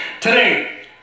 Today